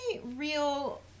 real